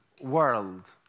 world